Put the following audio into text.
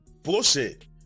bullshit